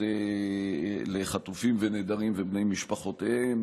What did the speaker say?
לחטופים ונעדרים ובני משפחותיהם,